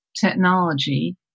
technology